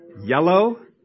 Yellow